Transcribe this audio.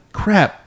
crap